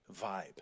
vibe